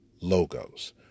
logos